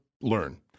learn